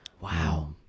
wow